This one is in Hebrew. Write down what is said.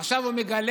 עכשיו הוא מגלה,